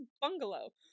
bungalow